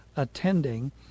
Attending